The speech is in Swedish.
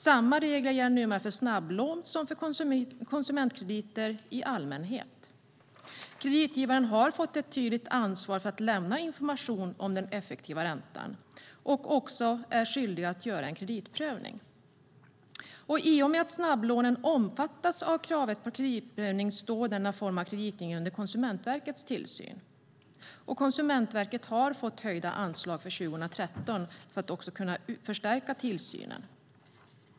Samma regler gäller numera för snabblån som för konsumentkrediter i allmänhet. Kreditgivaren har fått ett tydligt ansvar för att lämna information om den effektiva räntan och är skyldig att göra en kreditprövning. I och med att snabblånen omfattas av kravet på kreditprövning står denna form av kreditgivning under Konsumentverkets tillsyn. Konsumentverket har fått höjt anslag för 2013 för att kunna förstärka tillsynen.